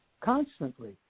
constantly